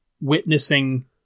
witnessing